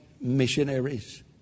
missionaries